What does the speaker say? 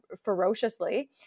ferociously